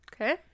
Okay